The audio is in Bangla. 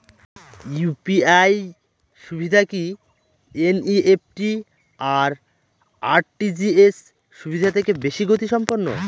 ইউ.পি.আই সুবিধা কি এন.ই.এফ.টি আর আর.টি.জি.এস সুবিধা থেকে বেশি গতিসম্পন্ন?